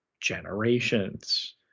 generations